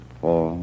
four